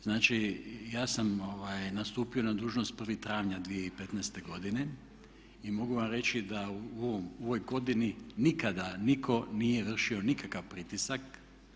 Znači, ja sam nastupio na dužnost 1. travnja 2015. godine i mogu vam reći da u ovoj godini nikada nitko nije vršio nikakav pritisak.